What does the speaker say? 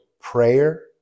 prayer